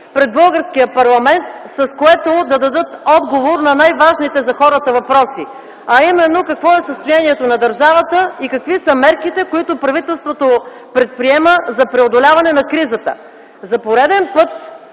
пред българския парламент, с което да дадат отговор на най-важните за хората въпроси, а именно какво е състоянието на държавата и какви са мерките, които правителството предприема за преодоляване на кризата. За пореден път